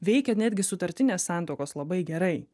veikia netgi sutartinės santuokos labai gerai